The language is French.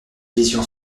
vision